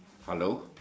hello